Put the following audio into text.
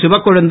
Sivakozhundhu